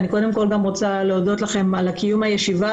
אני קודם כל רוצה להודות לכם על קיום הישיבה